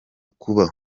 kuba